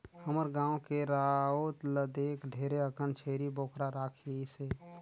हमर गाँव के राउत ल देख ढेरे अकन छेरी बोकरा राखिसे